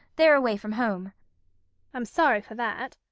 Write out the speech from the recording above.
they're away from home i'm sorry for that.